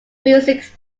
music